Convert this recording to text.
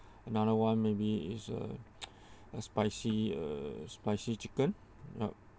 another one maybe is a a spicy uh spicy chicken yup